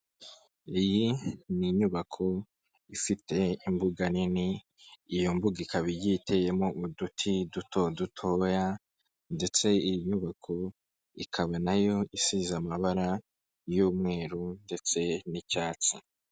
Iyi ni inyubako ifite imbuga nini, iyo mbuga ikaba igiye iteyemo uduti duto dutoya ndetse iyi nyubako ikaba na yo isize amabara y'umweru ndetse n'icyatsi.